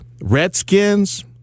Redskins